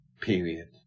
period